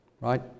Right